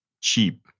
cheap